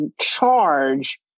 charge